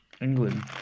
England